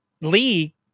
Lee